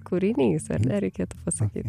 kūrinys ar ne reikėtų pasakyt